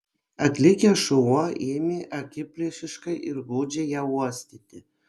atlėkęs šuo ėmė akiplėšiškai ir godžiai ją uostyti